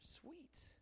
Sweet